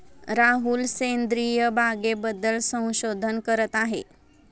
राहुल सेंद्रिय बागेबद्दल संशोधन करत आहे